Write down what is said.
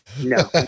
No